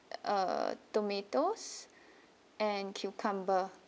uh tomatoes and cucumber